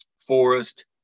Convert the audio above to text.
Forest